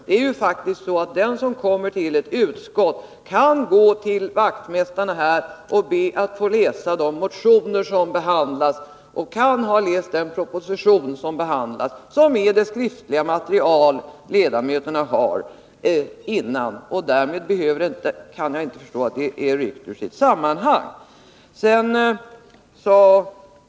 Den som kommer till ett utskott kan faktiskt gå till vaktmästarna och be att få läsa de motioner som behandlas, och vederbörande kan ha läst den proposition som behandlas, dvs. det skriftliga material som ledamöterna har före utfrågningen. Därför kan jag inte förstå att frågorna skulle vara ryckta ur sitt sammanhang.